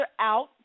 out